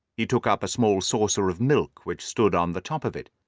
he took up a small saucer of milk which stood on the top of it.